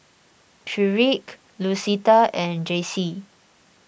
Tyrique Lucetta and Jaycie